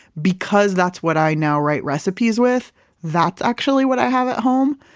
because that's what i now write recipes with that's actually what i have at home.